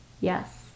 Yes